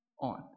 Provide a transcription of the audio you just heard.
on